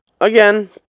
Again